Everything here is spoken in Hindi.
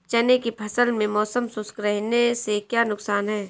चने की फसल में मौसम शुष्क रहने से क्या नुकसान है?